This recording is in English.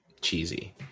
cheesy